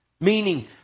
meaning